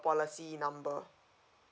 policy number